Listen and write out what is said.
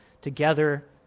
together